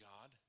God